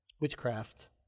witchcraft